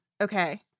Okay